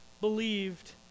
believed